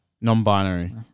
Non-binary